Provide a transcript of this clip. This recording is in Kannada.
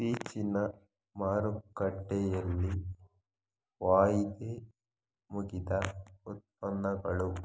ಇತ್ತೀಚಿನ ಮಾರುಕಟ್ಟೆಯಲ್ಲಿ ವಾಯಿದೆ ಮುಗಿದ ಉತ್ಪನ್ನಗಳು